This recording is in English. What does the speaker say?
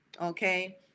okay